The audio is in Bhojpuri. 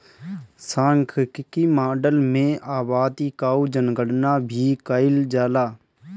सांख्यिकी माडल में आबादी कअ जनगणना भी कईल जाला